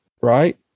right